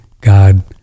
God